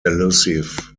elusive